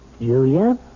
Julia